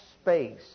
space